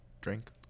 drink